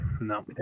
No